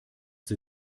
sie